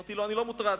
אמרתי: אני לא מוטרד,